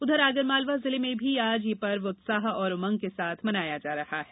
उधर आगरमालवा जिले में भी आज यह पर्व उत्साह और उमंग के साथ मनाया जा रहा है